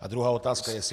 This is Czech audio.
A druhá otázka, jestli